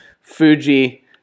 Fuji